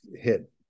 hit